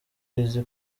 izi